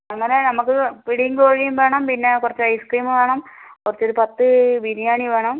അങ്ങനെ നമുക്ക് പിടിയും കോഴിയും വേണം പിന്നെ കുറച്ച് ഐസ്ക്രീമ് വേണം കുറച്ചൊരു പത്ത് ബിരിയാണി വേണം